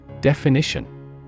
Definition